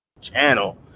channel